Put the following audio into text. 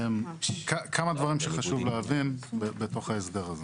כמה דברים שחשוב להבין בתוך ההסדר הזה.